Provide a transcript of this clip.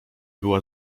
była